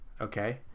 Okay